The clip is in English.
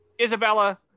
Isabella